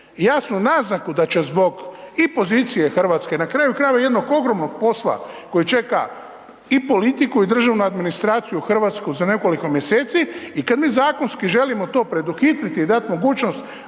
jasnu naznaku da će zbog i pozicije Hrvatske, na kraju krajeva jednog ogromnog posla koji čeka i politiku i državnu administraciju hrvatsku za nekoliko mjeseci i kad mi zakonski želimo to preduhitriti i dat mogućnost